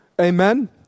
amen